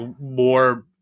more